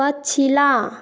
पछिला